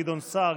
גדעון סער,